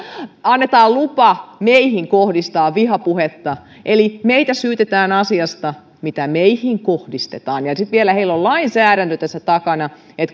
annetaan lupa meihin kohdistaa vihapuhetta eli meitä syytetään asiasta mitä meihin kohdistetaan ja ja sitten vielä heillä on lainsäädäntö tässä takana